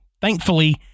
Thankfully